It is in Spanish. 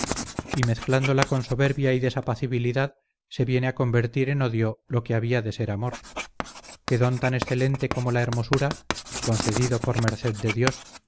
y mezclándola con soberbia y desapacibilidad se viene a convertir en odio lo que había de ser amor que don tan excelente como la hermosura concedido por merced de dios